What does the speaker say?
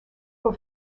for